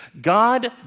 God